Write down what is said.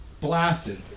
blasted